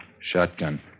Shotgun